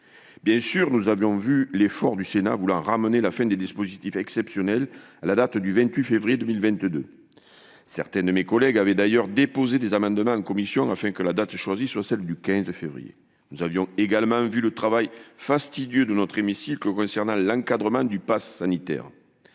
Bien sûr, nous avions vu l'effort du Sénat visant à ramener la fin des dispositifs exceptionnels à la date du 28 février 2022. Certains de mes collègues avaient d'ailleurs déposé des amendements en commission, afin que la date choisie soit celle du 15 février. Nous avions vu également le travail fastidieux de notre hémicycle au sujet de l'encadrement du passe sanitaire.